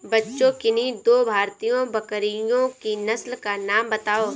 बच्चों किन्ही दो भारतीय बकरियों की नस्ल का नाम बताओ?